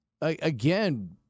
again